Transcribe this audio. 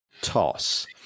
Toss